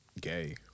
gay